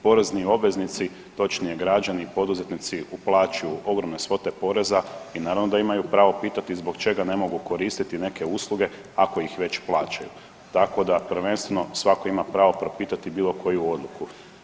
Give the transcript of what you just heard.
Porezni obveznici točnije građani i poduzetnici uplaćuju ogromne svote poreza i naravno da imaju pravo pitati zbog čega ne mogu koristiti neke usluge ako ih već plaćaju, tako da prvenstveno svako ima pravo propitati bilo koju odluku.